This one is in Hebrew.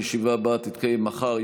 הישיבה הבאה תתקיים מחר,